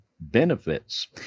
benefits